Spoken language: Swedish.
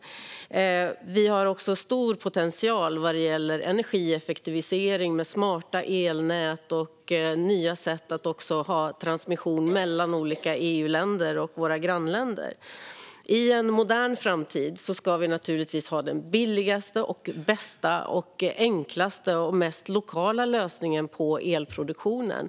Vi har också stor potential vad gäller energieffektivisering, med smarta elnät och nya sätt för transmission mellan olika EU-länder och med våra grannländer. I en modern framtid ska vi naturligtvis ha den billigaste, bästa, enklaste och mest lokala lösningen för elproduktionen.